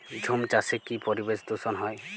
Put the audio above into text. ঝুম চাষে কি পরিবেশ দূষন হয়?